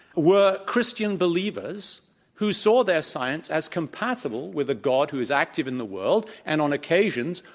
were christian believers who saw their science as compatible with a god who is active in the world and, on occasion,